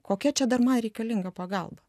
kokia čia dar man reikalinga pagalba